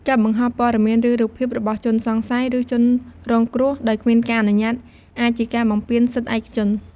ការបង្ហោះព័ត៌មាន ឬ រូបភាព របស់ ជនសង្ស័យ ឬ ជនរងគ្រោះ ដោយ គ្មានការអនុញ្ញាត អាចជា ការបំពានសិទ្ធិឯកជន។